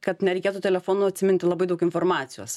kad nereikėtų telefonu atsiminti labai daug informacijos